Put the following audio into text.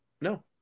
no